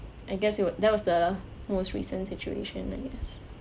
I guess it would that was the most recent situation I guess